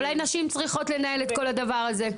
אולי נשים צריכות לנהל את כל הדבר הזה.